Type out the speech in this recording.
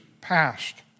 passed